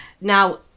Now